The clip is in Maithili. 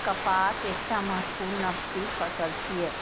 कपास एकटा महत्वपूर्ण नकदी फसल छियै